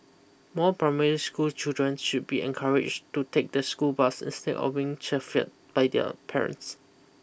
more primary school children should be encouraged to take the school buses instead of being chauffeured by their parents